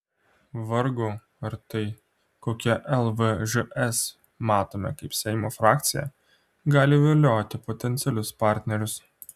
vargu ar tai kokią lvžs matome kaip seimo frakciją gali vilioti potencialius partnerius